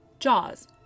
Jaws